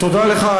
תודה לך,